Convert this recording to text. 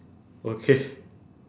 okay